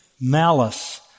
malice